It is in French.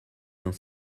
dans